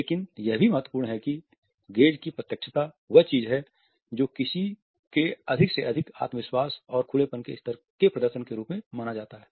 लेकिन यह भी महत्वपूर्ण है कि गेज़ की प्रत्यक्षता वह चीज है जिसे किसी के अधिक से अधिक आत्मविश्वास और खुलेपन के स्तर के प्रदर्शन के रूप में माना जाता है